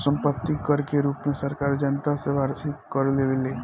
सम्पत्ति कर के रूप में सरकार जनता से वार्षिक कर लेवेले